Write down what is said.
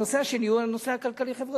הנושא השני הוא הנושא הכלכלי-חברתי.